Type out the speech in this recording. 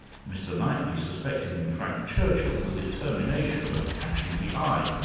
mr knightley suspected in frank churchill the determination of catching the eye.